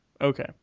Okay